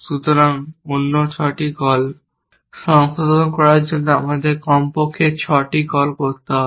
সুতরাং অন্য 6টি কল সংশোধন করার জন্য আমাদের কমপক্ষে 6টি কল করতে হবে